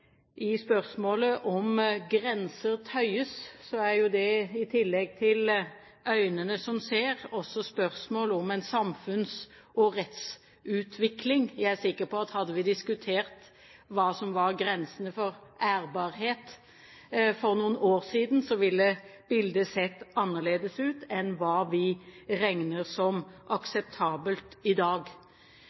gjelder spørsmålet om grenser tøyes, er jo det, i tillegg til øynene som ser, også spørsmål om en samfunns- og rettsutvikling. Jeg er sikker på at hadde vi diskutert hva som var grensene for ærbarhet for noen år siden, ville bildet sett annerledes ut enn hva vi regner som akseptabelt i dag.